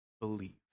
believe